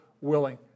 willing